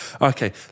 Okay